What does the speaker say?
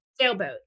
sailboat